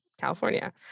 California